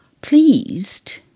pleased